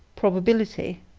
probability,